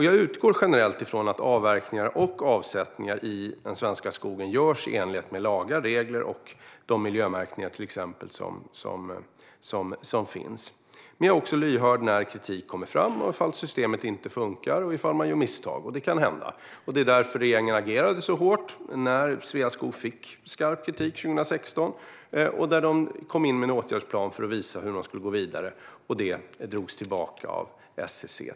Jag utgår generellt från att avverkningar och avsättningar i den svenska skogen görs i enlighet med lagar, regler och de miljömärkningar som finns. Men jag är också lyhörd för när kritik kommer fram, om systemet inte funkar och om misstag görs - det kan hända. Det är därför regeringen agerade så hårt när Sveaskog fick skarp kritik 2016, och man kom in med en åtgärdsplan för att visa hur man skulle gå vidare - och kritiken drogs tillbaka av FSC.